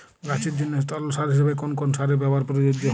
গাছের জন্য তরল সার হিসেবে কোন কোন সারের ব্যাবহার প্রযোজ্য?